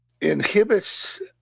inhibits